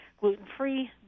gluten-free